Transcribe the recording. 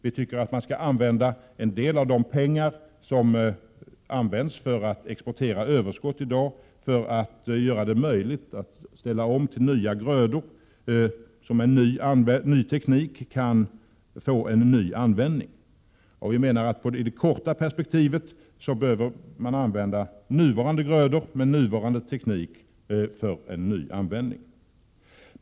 Vi anser vidare att man skall ta i anspråk en del av de pengar som i dag används för att exportera överskott för att möjliggöra omställning till produktion av grödor som med ny teknik kan få en ny användning. I det korta perspektivet bör man, enligt vår mening, med nuvarande grödor och med nuvarande teknik försöka att åstadkomma en ny användning.